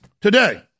Today